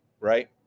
Right